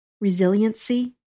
resiliency